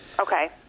Okay